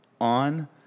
on